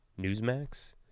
newsmax